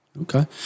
Okay